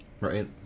right